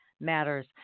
matters